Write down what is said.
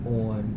on